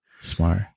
smart